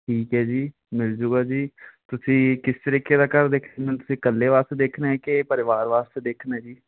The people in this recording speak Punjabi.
ਠੀਕ ਹੈ ਜੀ ਮਿਲ ਜੂਗਾ ਜੀ ਤੁਸੀਂ ਕਿਸ ਤਰੀਕੇ ਦਾ ਘਰ ਦੇਖ ਤੁਸੀਂ ਇਕੱਲੇ ਵਾਸਤੇ ਦੇਖਣਾ ਹੈ ਕਿ ਪਰਿਵਾਰ ਵਾਸਤੇ ਦੇਖਣਾ ਜੀ